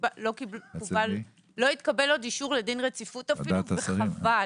עוד לא התקבל אישור לדין רציפות, וחבל.